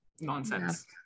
nonsense